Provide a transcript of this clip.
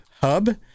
Hub